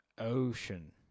ocean